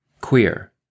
Queer